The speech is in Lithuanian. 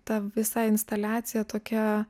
ta visa instaliacija tokia